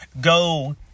go